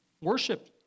worship